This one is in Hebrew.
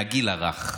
מהגיל הרך.